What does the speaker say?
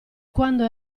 quando